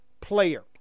player